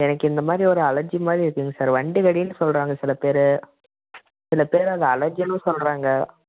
எனக்கு இந்த மாதிரி ஒரு அலர்ஜி மாதிரி இருக்குதுங்க சார் வண்டு கடின்னு சொல்லுறாங்க சிலப்பேர் சிலப்பேர் அதை அலர்ஜின்னும் சொல்லுறாங்க